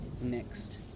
next